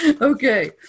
Okay